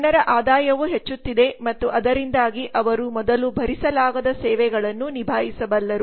ಜನರ ಆದಾಯವೂ ಹೆಚ್ಚುತ್ತಿದೆ ಮತ್ತುಅದರಿಂದಾಗಿಅವರುಮೊದಲುಭರಿಸಲಾಗದ ಸೇವೆಗಳನ್ನುನಿಭಾಯಿಸಬಲ್ಲರು